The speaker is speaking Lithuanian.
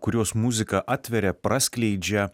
kuriuos muzika atveria praskleidžia